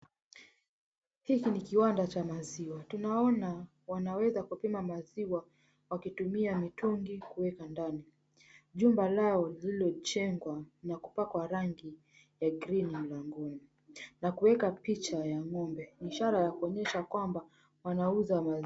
Hiki ni kiwanda cha maziwa, tunaona wanaweza kupima maziwa wakitumia mitungi kuweka ndani. Jumba lao lililojengwa na kupakwa rangi ya green mlangoni na kuweka picha ya ng'ombe, ishara ya kuonyesha kwamba wanauza maziwa.